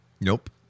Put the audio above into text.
Nope